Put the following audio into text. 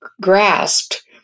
grasped